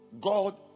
God